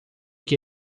que